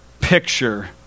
picture